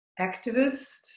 activist